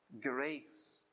grace